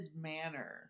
manner